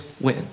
win